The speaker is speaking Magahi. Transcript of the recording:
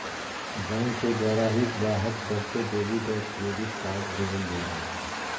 बैंक के द्वारा ही गाहक सब के डेबिट और क्रेडिट कार्ड देवल जा हय